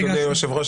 אדוני יושב הראש,